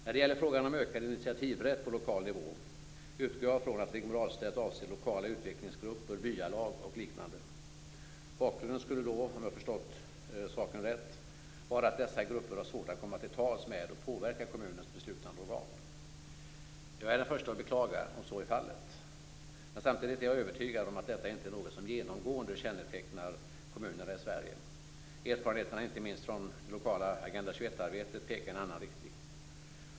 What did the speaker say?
När det gäller frågan om ökad initiativrätt på lokal nivå utgår jag från att Rigmor Ahlstedt avser lokala utvecklingsgrupper, byalag och liknande. Bakgrunden skulle - om jag förstått saken rätt - vara att dessa grupper har svårt att komma till tals med och påverka kommunens beslutande organ. Jag är den första att beklaga om så skulle vara fallet. Samtidigt är jag övertygad om att detta inte är något som genomgående kännetecknar kommunerna i Sverige. Erfarenheterna från det lokala Agenda 21-arbetet pekar i en annan riktning.